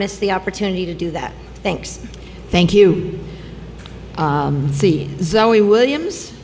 miss the opportunity to do that thanks thank you see zoe williams